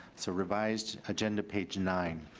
so revised agenda page nine.